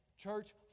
church